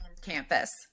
campus